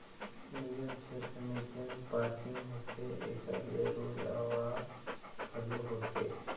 निगम छेत्र में जेन पारकिंग होथे एकर ले रोज आवक घलो होथे